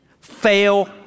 Fail